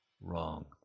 Wrong